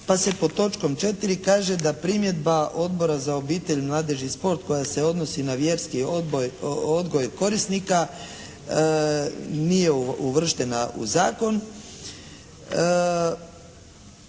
pa se pod točkom 4. kaže da primjedba Odbora za obitelj, mladež i sport koja se odnosi na vjerski odgoj korisnika nije uvrštena u zakon,